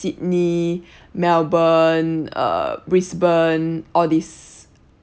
sydney melbourne uh brisbane all these